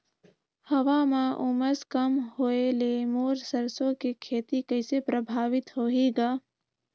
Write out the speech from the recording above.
हवा म उमस कम होए ले मोर सरसो के खेती कइसे प्रभावित होही ग?